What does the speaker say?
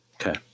Okay